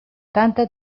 tanta